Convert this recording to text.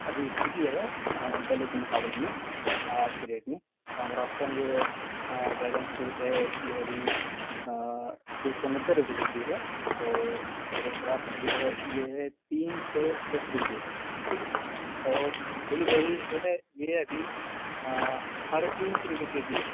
ابھی ٹھیک ہی ہے پہلے کے مقابلے میں آج کے ریٹ میں ہاں مہاراشٹرا میں جو ڈریگن فروٹ ہے یہ ابھی دو سو نبے روپئے کے جی ہے اور ریڈ گراپس جو ہے یہ ہے تین سو دس روپئے کے جی ٹھیک ہے اور بلو بیریز جو ہے یہ ابھی ساڑھے تین سو روپئے کے جی ہے